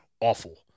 awful